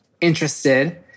interested